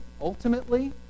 ultimately